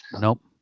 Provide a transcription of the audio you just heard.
Nope